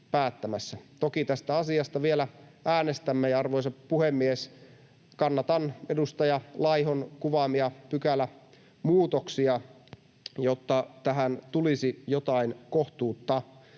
Toki tästä asiasta vielä äänestämme. Arvoisa puhemies! Kannatan edustaja Laihon kuvaamia pykälämuutoksia, jotta tähän tulisi jotain kohtuutta.